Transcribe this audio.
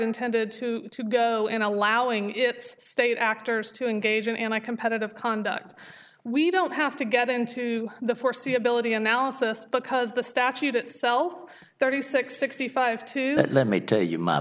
intended to go in allowing its state actors to engage an anti competitive conduct we don't have to get into the foreseeability analysis because the statute itself thirty six sixty five to that let me tell you my